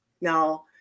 now